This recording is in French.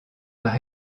par